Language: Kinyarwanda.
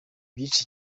byinshi